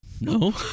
No